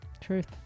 Truth